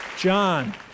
John